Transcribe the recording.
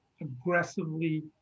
aggressively